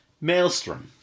Maelstrom